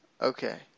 okay